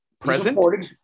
present